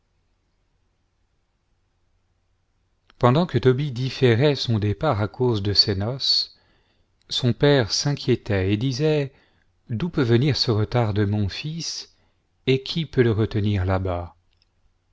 pendant que tobie différait son départ à cause de ses noces son père s'inquiétait et disait d'où peut venir ce retard de mon fils et qui peut le retenir là-bas